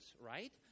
right